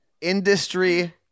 Industry